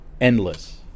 endless